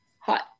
hot